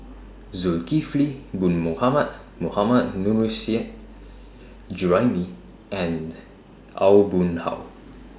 Zulkifli Bin Mohamed Mohammad Nurrasyid Juraimi and Aw Boon Haw